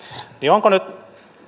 ovatko nyt